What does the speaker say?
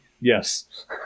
yes